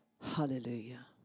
Hallelujah